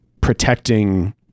protecting